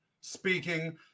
speaking